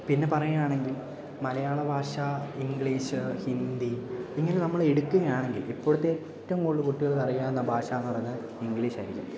പിന്നെ പറയാണെങ്കിൽ മലയാള ഭാഷ ഇംഗ്ലീഷ് ഹിന്ദി ഇങ്ങനെ നമ്മള് എടുക്കുകയാണെങ്കിൽ ഇപ്പോഴത്തെ ഏറ്റവും കൂടുതല് കുട്ടികൾക്ക് അറിയാവുന്ന ഭാഷ എന്നു പറഞ്ഞാല് ഇംഗ്ലീഷായിരിക്കും